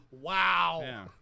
Wow